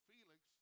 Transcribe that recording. Felix